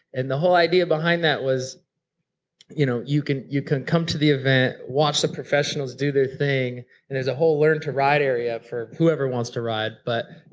and the whole idea behind that was you know you can you can come to the event, watch the professionals do their thing and there's a whole learn to ride area for whoever wants to ride. but